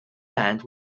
band